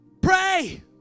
Pray